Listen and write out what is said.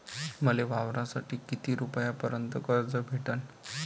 मले वावरासाठी किती रुपयापर्यंत कर्ज भेटन?